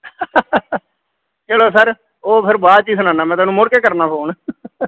ਚੱਲੋ ਸਰ ਉਹ ਫਿਰ ਬਾਅਦ 'ਚ ਹੀ ਸੁਣਾਉਂਦਾ ਮੈਂ ਤੁਹਾਨੂੰ ਮੁੜ ਕੇ ਕਰਦਾ ਫੋਨ